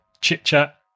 chit-chat